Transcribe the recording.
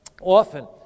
often